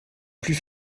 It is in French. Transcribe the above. plus